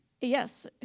Yes